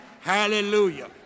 Hallelujah